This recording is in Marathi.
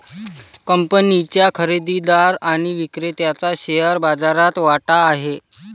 कंपनीच्या खरेदीदार आणि विक्रेत्याचा शेअर बाजारात वाटा आहे